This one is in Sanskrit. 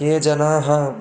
ये जनाः